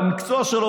במקצוע שלו,